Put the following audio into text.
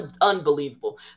unbelievable